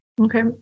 Okay